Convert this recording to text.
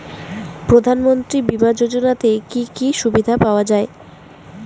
প্রধানমন্ত্রী বিমা যোজনাতে কি কি সুবিধা পাওয়া যায়?